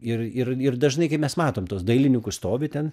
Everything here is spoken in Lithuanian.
ir ir ir dažnai kai mes matom tuos dailininkus stovi ten